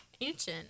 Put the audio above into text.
ancient